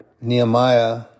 Nehemiah